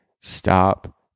stop